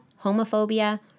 homophobia